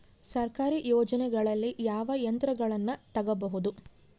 ಸರ್ಕಾರಿ ಯೋಜನೆಗಳಲ್ಲಿ ಯಾವ ಯಂತ್ರಗಳನ್ನ ತಗಬಹುದು?